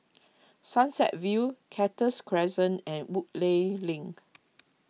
Sunset View Cactus Crescent and Woodleigh Link